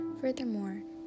Furthermore